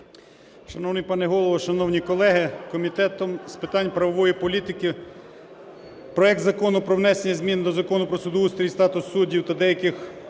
Шановний пане Голово! Шановні колеги! Комітетом з питань правової політики проект Закону про внесення змін до Закону "Про судоустрій і статус суддів" та деяких